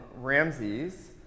Ramses